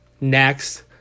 Next